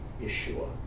Yeshua